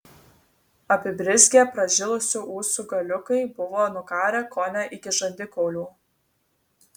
apibrizgę pražilusių ūsų galiukai buvo nukarę kone iki žandikaulių